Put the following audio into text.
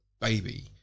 Baby